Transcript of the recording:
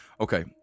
Okay